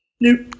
Nope